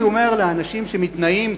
אני אומר לאנשים שמתנאים,